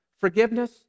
Forgiveness